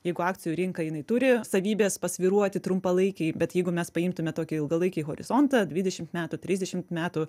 jeigu akcijų rinka jinai turi savybės pasvyruoti trumpalaikiai bet jeigu mes paimtume tokį ilgalaikį horizontą dvidešim metų trisdešim metų